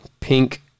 pink